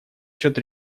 счет